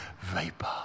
vapor